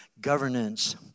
governance